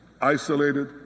isolated